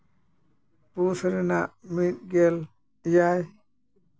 ᱯᱩᱥ ᱨᱮᱱᱟᱜ ᱢᱤᱫ ᱜᱮᱞ ᱮᱭᱟᱭ